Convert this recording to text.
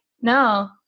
no